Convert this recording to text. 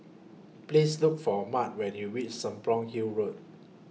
Please Look For Maud when YOU REACH Serapong Hill Road